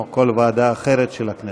או בוועדה אחרת של הכנסת.